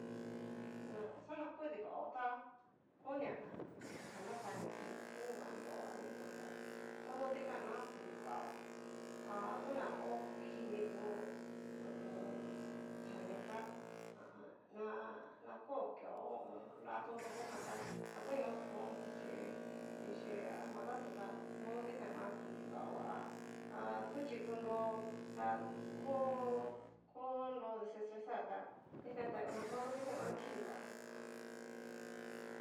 Mmm xana kudi vao tá konia oxa nakani inio, nunguan nro a nu nguan tá modo dikan nguan kudi vao, ha tuna ho kini tu ho o on. xanio tá, ha a an. na kokeo ho o on. nra toroko jan ta na koñotón tixhíi, tixhii almuada xó tá, modo dikan kudi vao, ha kuchi tunro ta ko konro desestresar ta dikan tá nguan modo dikan kidi vanro.